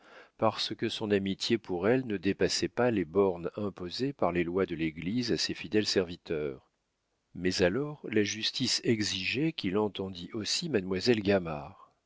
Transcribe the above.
parce que son amitié pour elle ne dépassait pas les bornes imposées par les lois de l'église à ses fidèles serviteurs mais alors la justice exigeait qu'il entendît aussi mademoiselle